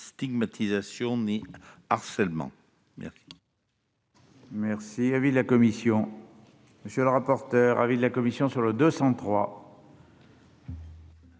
stigmatisation ni harcèlement. Quel